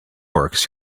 works